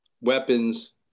weapons